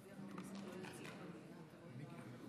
בכיתוב לצורך הבעת עמדתו.